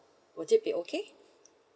would it be okay